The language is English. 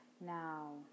Now